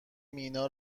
مینا